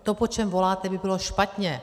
To, po čem voláte, by bylo špatně.